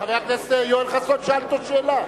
חבר הכנסת יואל חסון שאל אותו שאלה.